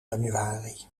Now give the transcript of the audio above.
januari